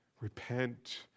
Repent